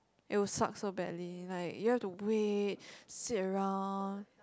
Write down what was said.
it will suck so badly like you have to wait sit around